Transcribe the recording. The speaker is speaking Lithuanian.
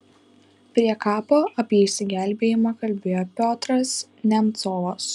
prie kapo apie išsigelbėjimą kalbėjo piotras nemcovas